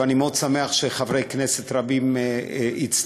ואני מאוד שמח שחברי כנסת רבים הצטרפו,